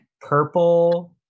purple